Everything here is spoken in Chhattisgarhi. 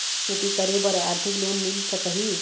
खेती करे बर आरथिक लोन मिल सकही?